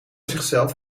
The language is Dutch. zichzelf